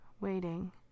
waiting